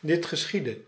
dit geschiedde